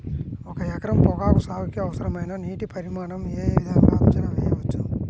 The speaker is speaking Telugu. ఒక ఎకరం పొగాకు సాగుకి అవసరమైన నీటి పరిమాణం యే విధంగా అంచనా వేయవచ్చు?